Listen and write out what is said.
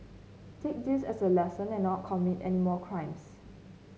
take this as a lesson and not commit any more crimes